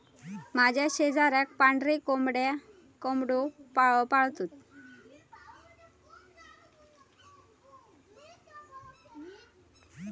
माझ्या शेजाराक पांढरे कोंबड्यो पाळतत